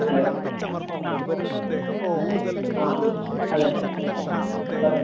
hello ആ അതെ അതന്നെ പറഞ്ഞോളു